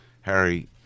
Harry